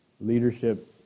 leadership